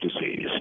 disease